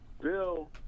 Bill